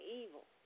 evil